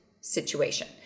situation